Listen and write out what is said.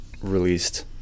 released